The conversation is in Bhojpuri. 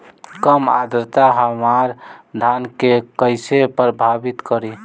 कम आद्रता हमार धान के कइसे प्रभावित करी?